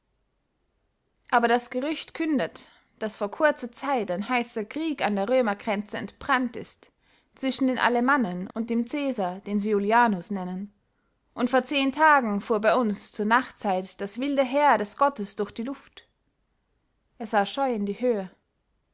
aber das gerücht kündet daß vor kurzer zeit ein heißer krieg an der römergrenze entbrannt ist zwischen den alemannen und dem cäsar den sie julianus nennen und vor zehn tagen fuhr bei uns zur nachtzeit das wilde heer des gottes durch die luft er sah scheu in die höhe